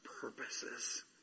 purposes